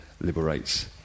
liberates